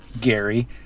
Gary